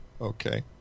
okay